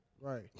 Right